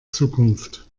zukunft